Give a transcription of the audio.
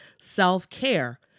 Self-care